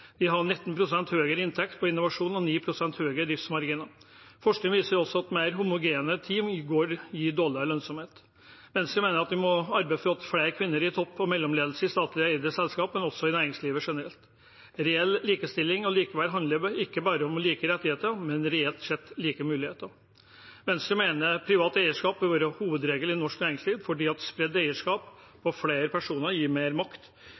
har 19 pst. høyere inntekt på innovasjon og 9 pst. høyere driftsmarginer. Forskning viser også at mer homogene team gir dårligere lønnsomhet. Venstre mener at vi må arbeide for flere kvinner i topp- og mellomledelse i statlig eide selskap, men også i næringslivet generelt. Reell likestilling og likeverd handler ikke bare om like rettigheter, men reelt sett like muligheter. Venstre mener privat eierskap bør være hovedregelen i norsk næringsliv, fordi eierskap spredt på flere personer gir mer makt til innbyggerne. Det er også med på å spre økonomisk makt